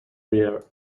rear